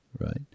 right